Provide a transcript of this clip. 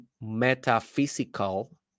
metaphysical